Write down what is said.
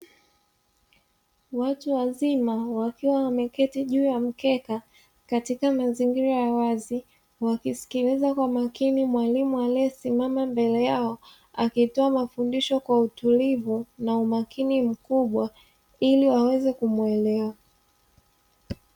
Watu wazima, wakiwa wameketi juu ya mkeka katika mazingira ya wazi, wakisikiliza kwa makini mwalimu aliyesimama mbele yao, akitoa mafundisho kwa utulivu na umakini mkubwa, ili waweze kumuelewa.